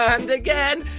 and again.